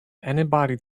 anybody